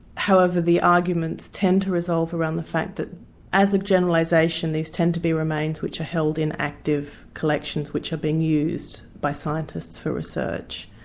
however the arguments tend to resolve around the fact that as a generalisation these tend to be remains which are held in active collections which are being used by scientists for research,